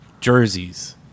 jerseys